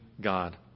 God